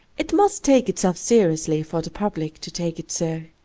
it must take itself seriously for the public to take it so.